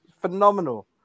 Phenomenal